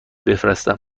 بفرستم